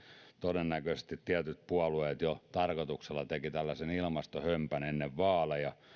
todennäköisesti tietyt puolueet jo tarkoituksella tekivät tällaisen ilmastohömpän ennen vaaleja